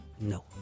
No